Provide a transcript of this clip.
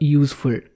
useful